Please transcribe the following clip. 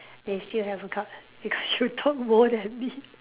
they still haven't cut because you talk more than me